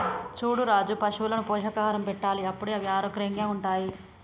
చూడు రాజు పశువులకు పోషకాహారం పెట్టాలి అప్పుడే అవి ఆరోగ్యంగా ఉంటాయి